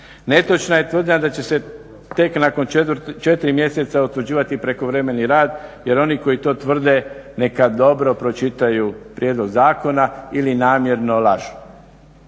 Netočna je tvrdnja da će se tek nakon 4 mjeseca utvrđivati prekovremeni rad jer oni koji to tvrde neka dobro pročitaju prijedlog zakona ili namjerno lažu.